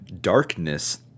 darkness